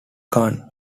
khan